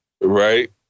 Right